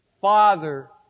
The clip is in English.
Father